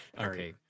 Okay